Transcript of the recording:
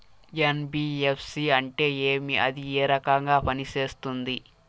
NBFC అంటే ఏమి అది ఏ రకంగా పనిసేస్తుంది